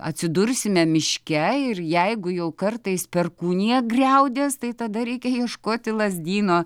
atsidursime miške ir jeigu jau kartais perkūnija griaudės tai tada reikia ieškoti lazdyno